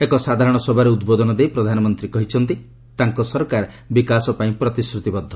ଏକ ସାଧାରଣ ସଭାରେ ଉଦ୍ବୋଧନ ଦେଇ ପ୍ରଧାନମନ୍ତ୍ରୀ କହିଛନ୍ତି ତାଙ୍କ ସରକାର ବିକାଶ ପାଇଁ ପ୍ରତିଶ୍ରତିବଦ୍ଧ